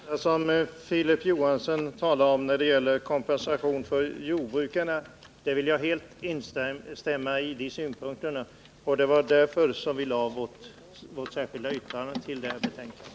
Fru talman! De synpunkter som Filip Johansson framförde angående kompensation till jordbrukarna vill jag helt instämma i. Det var på grund av dessa påtalade förhållanden som vi moderater fogade vårt särskilda yttrande till betänkandet.